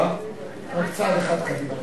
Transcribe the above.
זה רק צעד אחד.